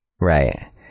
Right